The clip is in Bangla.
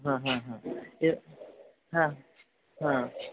হ্যাঁ হ্যাঁ হ্যাঁ এর হ্যাঁ হ্যাঁ